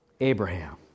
Abraham